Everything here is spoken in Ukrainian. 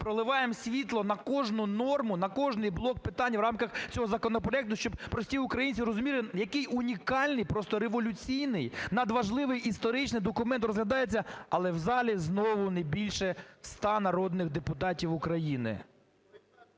проливаємо світло на кожну норму, на кожний блок питань в рамках цього законопроекту, щоб прості українці розуміли, який унікальний, просто революційний надважливий історичний документ розглядається, але в залі знову не більше 100 народних депутатів України.